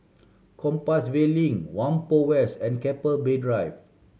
Compassvale Link Whampoa West and Keppel Bay Drive